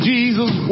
Jesus